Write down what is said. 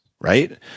right